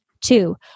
Two